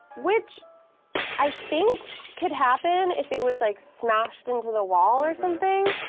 which i think could happen if it was like smashed into the wall or something,